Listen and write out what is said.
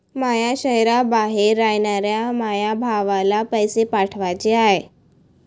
माया शैहराबाहेर रायनाऱ्या माया भावाला पैसे पाठवाचे हाय